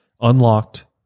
unlocked